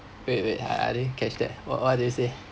wait wait I I didn't catch that what what do you say